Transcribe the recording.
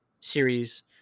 series